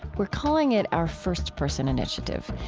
we're calling it our first-person initiative.